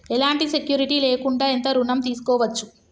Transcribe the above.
ఎలాంటి సెక్యూరిటీ లేకుండా ఎంత ఋణం తీసుకోవచ్చు?